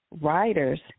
writers